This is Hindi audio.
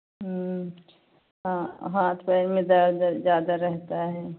हाँ हाथ पैर में दर्द ज्यादा रहता है